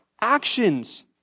actions